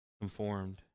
conformed